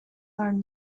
are